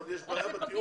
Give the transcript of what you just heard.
אמרתי שיש בעיה בטיעון.